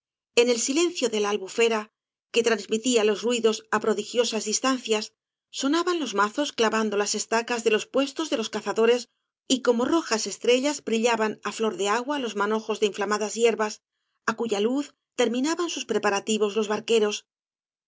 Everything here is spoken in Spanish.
eo el silencio de la albufera que transmitía los ru dos á prodigiosas distancias sonaban los mazos clavando las esta cas de los puestos de los cazadores y como rojas estrellas brillaban á flor de agua los manojos de ídflamadas hierbas á cuya luz terminaban sus preparativos los barqueros